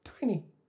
Tiny